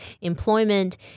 Employment